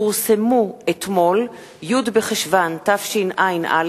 פורסמו אתמול, י' בחשוון תשע"א,